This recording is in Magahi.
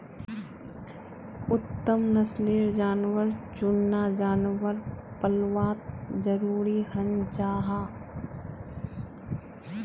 उत्तम नस्लेर जानवर चुनना जानवर पल्वात ज़रूरी हं जाहा